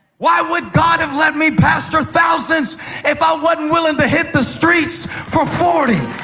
why would god have let me pastor thousands if i wasn't willing to hit the streets for forty?